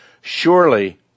Surely